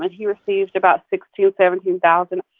but he received about sixteen, seventeen thousand.